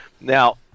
Now